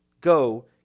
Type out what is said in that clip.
go